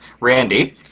randy